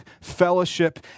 fellowship